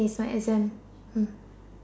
is my exam